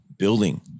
building